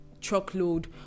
truckload